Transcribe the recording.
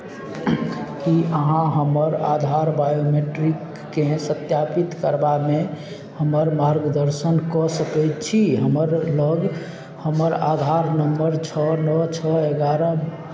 की अहाँ हमर आधार बायोमेट्रिककेँ सत्यापित करबामे हमर मार्गदर्शन कऽ सकैत छी हमर लग हमर आधार नम्बर छओ नओ छओ एगारह